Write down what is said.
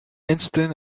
instant